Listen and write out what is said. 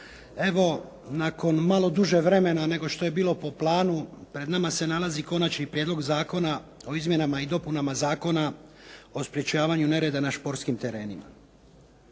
Evo nakon malo duže vremena nego što je bilo po planu pred nama se nalazi Konačni prijedlog zakona o izmjenama i dopunama Zakona o sprječavanju nereda na športskim terenima.